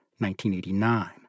1989